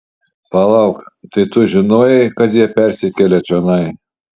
palauk tai tu žinojai kad jie persikelia čionai